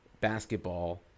basketball